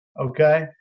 Okay